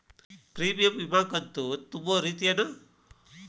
Premium ವಿಮಾ ಕಂತು ತುಂಬೋ ರೇತಿ ಏನು?